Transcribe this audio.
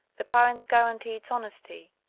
the parents guarantee its honesty,